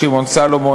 שמעון סולומון,